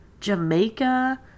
Jamaica